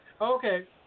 Okay